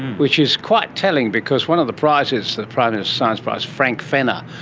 which is quite telling because one of the prizes, the prime minister's science prizes, frank fenner,